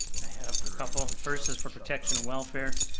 i have a couple, first is for protection and welfare.